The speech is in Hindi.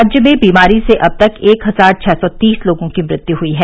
राज्य में बीमारी से अब तक एक हजार छः सौ तीस लोगों की मृत्यु हुई है